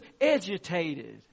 agitated